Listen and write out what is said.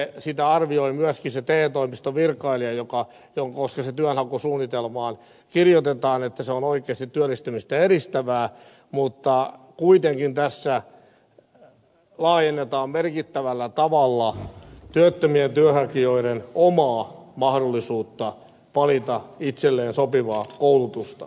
toki sitä arvioi myöskin se te toimiston virkailija koska se työnhakusuunnitelmaan kirjoitetaan että se on oikeasti työllistymistä edistävää mutta kuitenkin tässä laajennetaan merkittävällä tavalla työttömien työnhakijoiden omaa mahdollisuutta valita itselleen sopivaa koulutusta